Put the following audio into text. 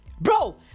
Bro